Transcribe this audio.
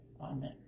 Amen